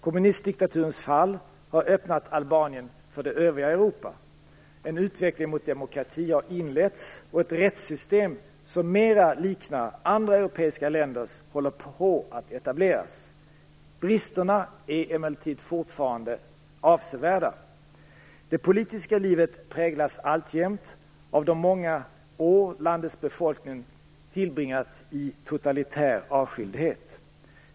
Kommunistdiktaturens fall har öppnat Albanien för det övriga Europa. En utveckling mot demokrati har inletts och ett rättssystem som mer liknar andra europeiska länders håller på att etableras. Bristerna är emellertid fortfarande avsevärda. Det politiska livet präglas alltjämt av de många år som landets befolkning tillbringat i totalitär avskildhet.